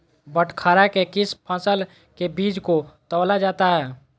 बटखरा से किस फसल के बीज को तौला जाता है?